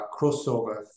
crossover